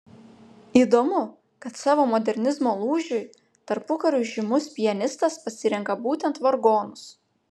įdomu kad savo modernizmo lūžiui tarpukariu žymus pianistas pasirenka būtent vargonus